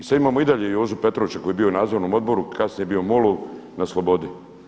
I sada imamo i dalje Jozu Petrovića koji je bio u nadzornom odboru, kasnije je bio u MOL-u na slobodi.